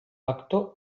vector